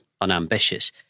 unambitious